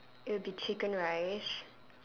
it would be chicken rice